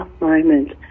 moment